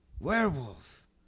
Werewolf